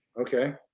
Okay